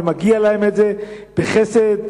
וזה מגיע להם בחסד,